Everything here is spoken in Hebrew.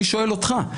אני שואל אותך,